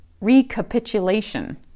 recapitulation